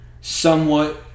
somewhat